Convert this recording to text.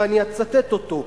ואני אצטט אותו,